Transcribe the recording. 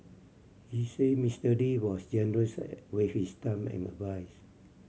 he said Mister Lee was generous with his time and advise